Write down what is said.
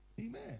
Amen